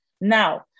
Now